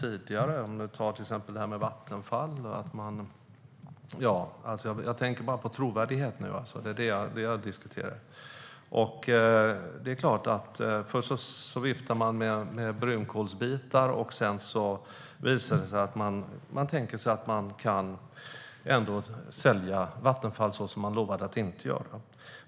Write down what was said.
Vi kan till exempel ta det som hände med Vattenfall. Nu tänker jag alltså på trovärdigheten. Det är den jag diskuterar. Först viftar man med brunkolsbitar och sedan visar det sig att man kan tänka sig att sälja Vattenfall, vilket man hade lovat att inte göra.